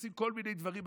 עושים כל מיני דברים,